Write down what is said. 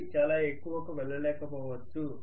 అది చాలా ఎక్కువకు వెళ్ళలేకపోవచ్చు